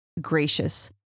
gracious